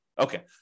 Okay